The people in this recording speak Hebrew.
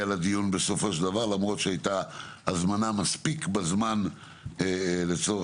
לדיון למרות שנשלחה לו הזמנה מספיק זמן לפני.